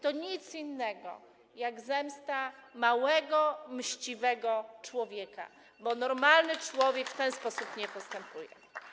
To nic innego, jak zemsta małego mściwego człowieka, bo normalny człowiek w ten sposób nie postępuje.